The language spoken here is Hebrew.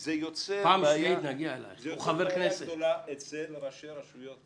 זה יוצר בעיה גדולה אצל ראשי הרשויות.